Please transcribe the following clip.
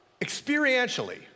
experientially